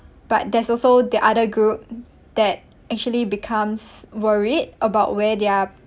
but there's also the other group that actually becomes worried about where their